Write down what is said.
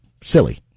silly